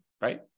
Right